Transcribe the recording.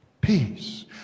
peace